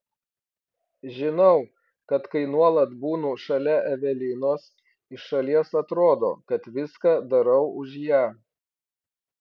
žinau kad kai nuolat būnu šalia evelinos iš šalies atrodo kad viską darau už ją